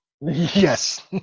yes